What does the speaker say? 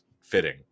fitting